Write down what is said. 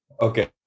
Okay